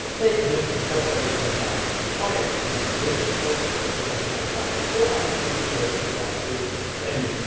they just drop directly down into the fire. and this is always the better way. now all i have to do is wait until my food is already